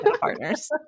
partners